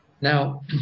Now